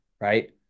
right